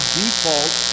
default